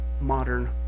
modern